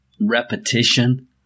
repetition